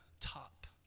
top